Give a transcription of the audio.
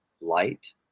Light